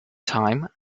time